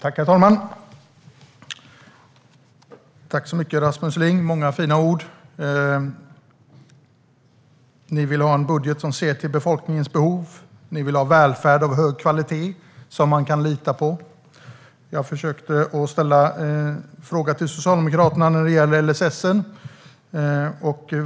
Herr talman! Tack så mycket, Rasmus Ling! Det var många fina ord. Ni vill ha en budget som ser till befolkningens behov. Ni vill ha välfärd av hög kvalitet som man kan lita på. Jag försökte ställa en fråga till Socialdemokraterna om LSS.